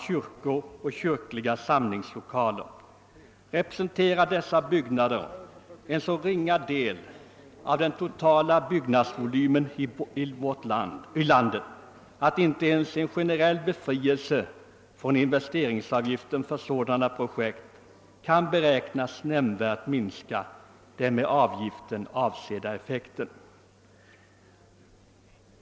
Kyrkor och kyrkliga samlingslokaler representerar en så ringa del av den totala byggnadsvolymen i landet att inte ens en generell befrielse från investeringsavgiften för sådana projekt kan beräknas nämnvärt minska den med avgiften avsedda effekten.